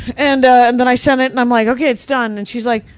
and ah, and then i sent it and i'm like, okay, it's done. and she's like,